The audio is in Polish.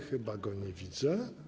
Chyba go nie widzę.